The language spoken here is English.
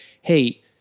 hey